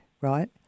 right